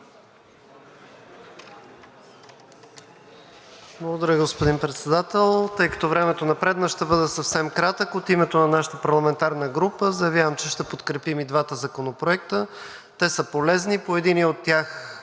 Благодаря, господин Председател. Тъй като времето напредна, ще бъда съвсем кратък. От името на нашата парламентарна група заявявам, че ще подкрепим и двата законопроекта. Те са полезни. По единия от тях